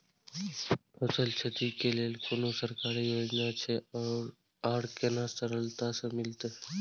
फसल छति के लेल कुन सरकारी योजना छै आर केना सरलता से मिलते?